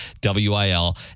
W-I-L